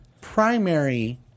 primary